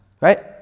right